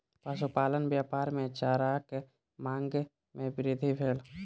पशुपालन व्यापार मे चाराक मांग मे वृद्धि भेल